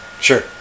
Sure